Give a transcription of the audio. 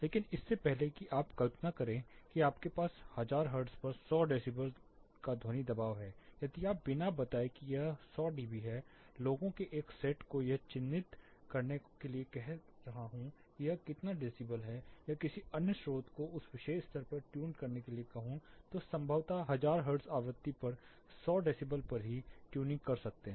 लेकिन इससे पहले कि आप कल्पना करें कि आपके पास 1000 हर्ट्ज पर 100 डेसिबल का ध्वनि दबाव है यदि आप बिना बताए कि यह 100 डीबी है लोगों से एक सेट को यह चिह्नित करने के लिए कह रहा हूं कि यह कितना डेसीबल है या किसी अन्य स्रोत को उस विशेष स्तर पर ट्यून करने के लिए कहूं तो संभवत 1000 हर्ट्ज़ आवृत्ति पर 100 डेसिबल पर ही ट्यूनिंग कर सकते हैं